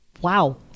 Wow